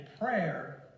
prayer